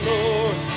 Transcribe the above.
Lord